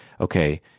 okay